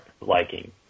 liking